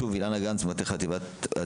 אילנה גנס, בבקשה.